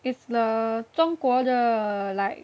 it's the 中国的 like um